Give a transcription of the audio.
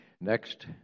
next